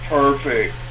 perfect